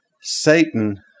Satan